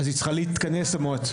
אז היא צריכה להתכנס, המועצה.